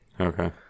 Okay